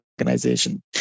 organization